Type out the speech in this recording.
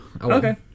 Okay